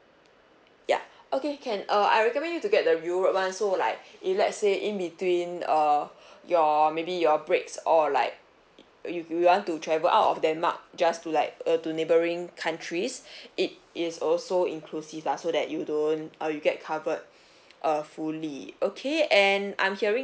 ya okay can uh I recommend you to get the europe [one] so like if let say in between err your maybe your breaks or like if you want to travel out of denmark just to like uh to neighboring countries it is also inclusive lah so that you don't uh you get covered uh fully okay and I'm hearing